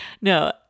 no